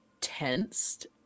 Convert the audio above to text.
tensed